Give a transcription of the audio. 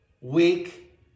week